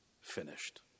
finished